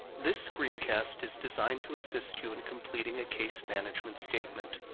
this screencast is designed to assist you in completing a case management statement,